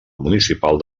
municipal